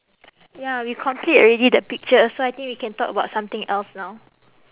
ya we complete already the picture so I think we can talk about something else now